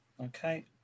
Okay